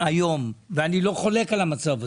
היום, ואני לא חולק על המצב הזה.